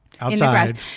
outside